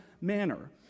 manner